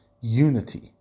unity